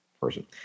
person